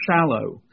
shallow